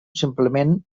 simplement